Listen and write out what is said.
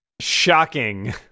Shocking